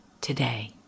today